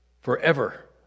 forever